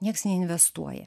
nieks neinvestuoja